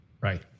Right